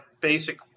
basic